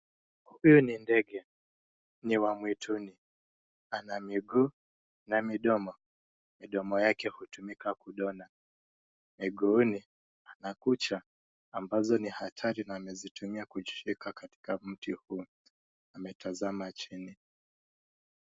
Huyu ni ndege. Ni wa mwituni. Anamiguu na midomo. Midomo yake hutumika kudona. Miguuni ana kucha ambazo ni hatari na amezitumia kujishika katika mti huu. Ametazama chini.